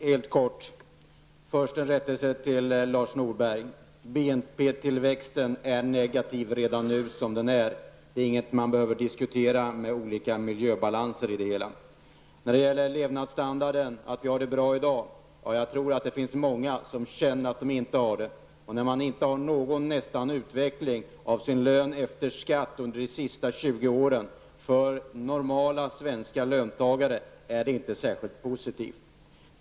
Herr talman! Först helt kort en rättelse till Lars Norberg. BNP-tillväxten är negativ redan nu. Man behöver inte diskutera olika miljöbalanser i det hela. När det gäller levnadsstandarden och att vi har det bra i dag, tror jag att det finns många som känner att de inte har det. Det är inte särskilt positivt att normala svenska löntagare nästan inte har haft någon utveckling av sin lön efter skatt under de senaste 20 åren.